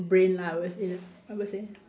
brain lah I would say I would say